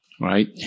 Right